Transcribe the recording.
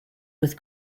with